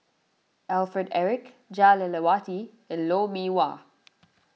Alfred Eric Jah Lelawati and Lou Mee Wah